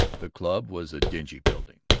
the club was a dingy building,